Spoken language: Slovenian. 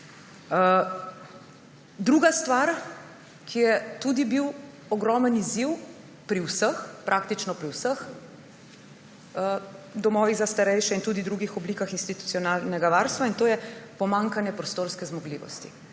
Druga stvar, ki je tudi bila ogromen izziv pri vseh, praktično pri vseh, domovi za starejše in tudi drugih oblikah institucionalnega varstva, je pomanjkanje prostorske zmogljivosti.